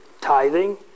tithing